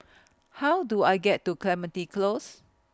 How Do I get to Clementi Close